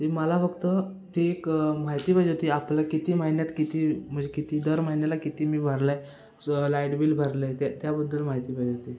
ते मला फक्त ती एक माहिती पाहिजे होती आपल्याला किती महिन्यात किती म्हणजे किती दर महिन्याला किती मी भरलं आहे ज लाईट बिल भरलं आहे त्याबद्दल माहिती पाहिजे होती